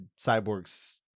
Cyborg's